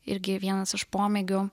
irgi vienas iš pomėgių